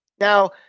Now